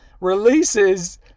releases